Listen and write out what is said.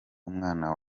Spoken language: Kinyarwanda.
umwana